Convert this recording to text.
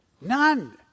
none